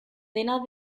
dena